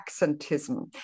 accentism